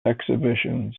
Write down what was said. exhibitions